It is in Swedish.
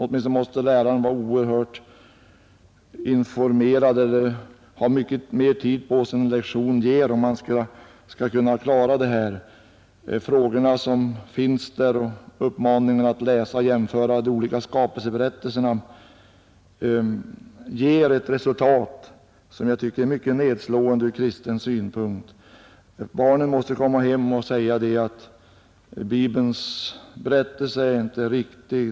Åtminstone måste läraren vara oerhört informerad eller ha mycket mer tid på sig än en lektion ger om han skall kunna klara detta. Frågorna som finns där och uppmaningen att läsa och jämföra de olika skapelseberättelserna ger ett resultat, som jag tycker är mycket nedslående från kristen synpunkt. Barnen måste komma hem och säga att Bibelns berättelse inte är riktig.